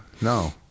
No